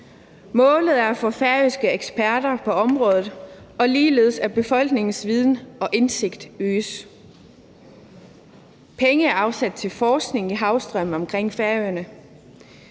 Målet er at få færøske eksperter på området, og ligeledes, at befolkningens viden og indsigt øges. Penge er afsat til forskning i havstrømmene omkring Færøerne.